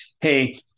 Hey